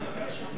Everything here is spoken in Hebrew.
בבקשה.